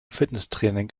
fitnesstraining